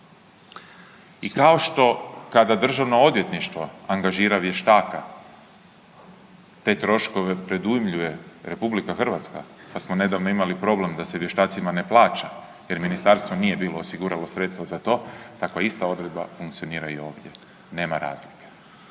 I kao što kada Državno odvjetništvo angažira vještaka, te troškove predujmljuje RH pa smo nedavno imali problem da se vještacima ne plaća, jer ministarstvo nije bilo osiguralo sredstva za to takva ista odredba funkcionira i ovdje. Nema razlike.